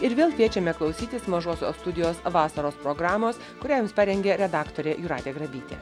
ir vėl kviečiame klausytis mažosios studijos vasaros programos kurią jums parengė redaktorė jūratė grabytė